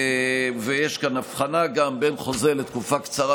ויש כאן הבחנה גם בין חוזה לתקופה קצרה